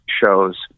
shows